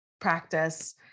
practice